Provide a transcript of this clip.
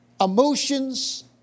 Emotions